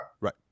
Right